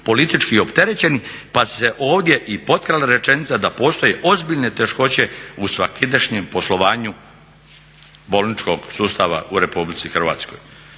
politički opterećeni pa se ovdje i potkrala rečenica da postoje ozbiljne teškoće u svakidašnjem poslovanju bolničkog sustava u RH. Dakle